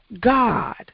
God